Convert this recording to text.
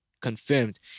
confirmed